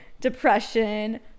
depression